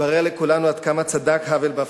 התברר לכולנו עד כמה צדק האוול באבחנתו.